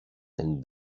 and